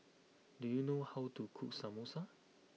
do you know how to cook Samosa